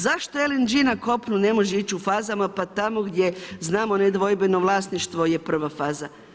Zašto LNG na kopnu ne može ići u fazama, pa tamo gdje znamo nedvojbeno vlasništvo je prva faza.